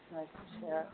अच्छा